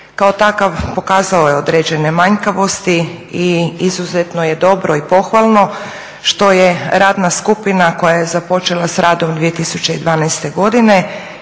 kao takav pokazao je određene manjkavosti i izuzetno je dobro i pohvalno što je radna skupina koja je započela s radom 2012.godine